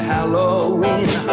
Halloween